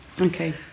Okay